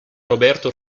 roberto